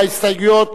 וההסתייגויות,